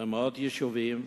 במאות יישובים,